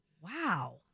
Wow